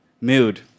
Mood